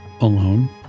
alone